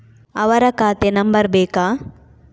ಅವರ ಖಾತೆ ನಂಬರ್ ಬೇಕಾ?